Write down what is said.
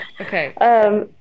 Okay